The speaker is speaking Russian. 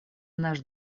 наш